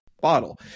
Bottle